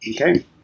Okay